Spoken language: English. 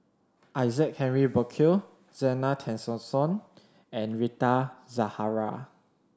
Isaac Henry Burkill Zena Tessensohn and Rita Zahara